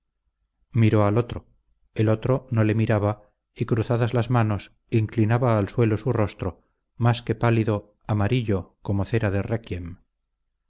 miró al otro el otro no le miraba y cruzadas las manos inclinaba al suelo su rostro más que pálido amarillo como cera de réquiem